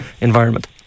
environment